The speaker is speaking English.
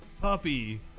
puppy